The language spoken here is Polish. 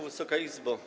Wysoka Izbo!